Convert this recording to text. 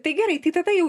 tai gerai tai tada jau